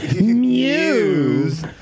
Muse